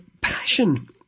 passion